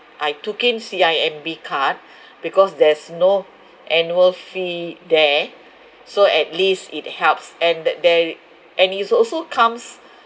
I took in C_I_M_B card because there's no annual fee there so at least it helps and there and it also comes